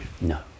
No